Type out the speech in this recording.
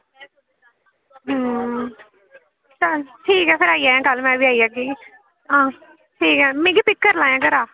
अं ठीक ऐ फिर कल्ल में बी आई जाह्गी आं ठीक ऐ मिगी पिक करी लैआं घरा